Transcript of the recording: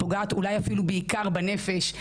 היא פוגעת אולי אפילו בעיקר בנפש.